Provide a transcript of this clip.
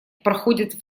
проходят